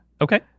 Okay